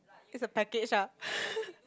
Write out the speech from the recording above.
is a package ah